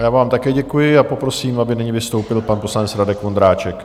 Já vám také děkuji a poprosím, aby nyní vystoupil pan poslanec Radek Vondráček.